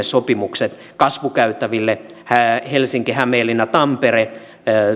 sopimukset kasvukäytäville helsinki hämeenlinna tampere